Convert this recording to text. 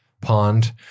pond